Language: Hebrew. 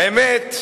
האמת,